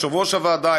יושב-ראש הוועדה,